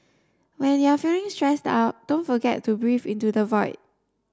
when you are feeling stressed out don't forget to breathe into the void